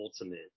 ultimate